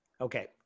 Okay